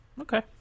okay